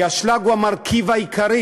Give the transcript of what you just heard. האשלג הוא המרכיב העיקרי